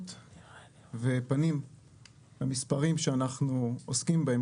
שמות ופנים למספרים שאנחנו עוסקים בהם